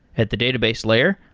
at the database layer,